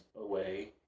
away